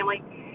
family